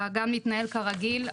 הגן מתנהל כרגיל,